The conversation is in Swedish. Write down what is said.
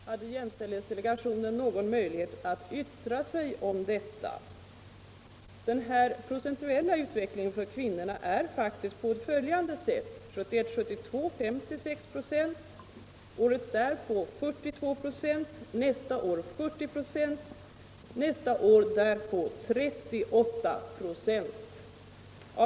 Herr talman! Statsrådet svarar inte på mina frågor: När blev det ett ökat krav på facklig bakgrund inom AMS, och på vilka grunder fattades detta beslut? Hade jämställdhetsdelegationen någon möjlighet att yttra sig om detta? Den procentuella utvecklingen för kvinnorna ser faktiskt ut på följande sätt: 1971 74 40 96 och i år 38 96.